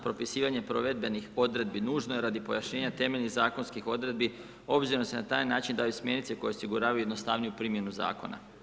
Propisivanje provedbenih odredbi nužno je radi pojašnjenja temeljnih zakonskih odredbi obzirom se na taj način daju Smjernice koje osiguravaju jednostavniju primjenu Zakona.